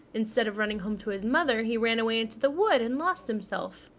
instead of running home to his mother, he ran away into the wood and lost himself.